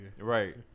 Right